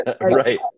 Right